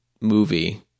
movie